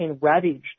ravaged